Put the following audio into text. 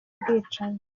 bwicanyi